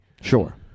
Sure